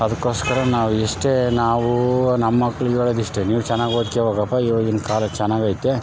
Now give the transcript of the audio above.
ಅದಕ್ಕೋಸ್ಕರ ನಾವು ಇಷ್ಟೇ ನಾವು ನಮ್ಮ ಮಕ್ಳಿಗೆ ಹೇಳೋದು ಇಷ್ಟೇ ನೀವು ಚೆನ್ನಾಗಿ ಓದ್ಕೋ ಹೋಗಪ್ಪ ಇವಾಗಿನ ಕಾಲಕ್ಕೆ ಚೆನ್ನಾಗೈತೆ